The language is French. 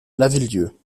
lavilledieu